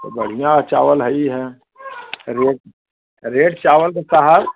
त बढ़ियाँ है चावल हई है रेट रेट चावल का क्या है